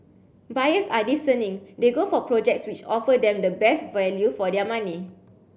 buyers are discerning they go for projects which offer them the best value for their money